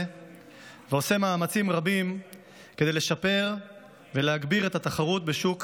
ועושה מאמצים רבים כדי לשפר ולהגביר את התחרות בשוק